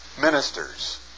ministers